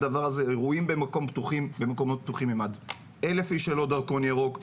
אירועים במקומות פתוחים הם עד 1,000 איש ללא דרכון ירוק,